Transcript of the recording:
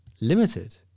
limited